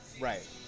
Right